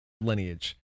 lineage